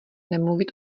nemluvit